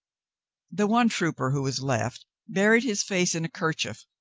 the one trooper who was left buried his face in a kerchief,